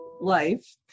life